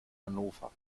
hannover